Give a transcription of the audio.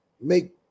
make